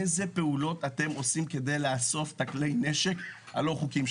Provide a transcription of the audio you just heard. אילו פעולות אתם עושים כדי לאסוף את כלי הנשק הלא חוקיים?